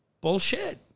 Bullshit